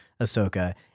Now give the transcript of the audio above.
Ahsoka